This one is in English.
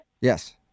Yes